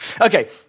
Okay